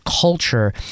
culture